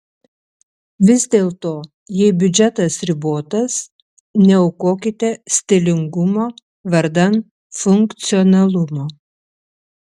vis dėlto jei biudžetas ribotas neaukokite stilingumo vardan funkcionalumo